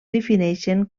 defineixen